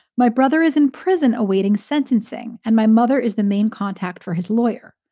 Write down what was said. my brother is in prison awaiting sentencing and my mother is the main contact for his lawyer.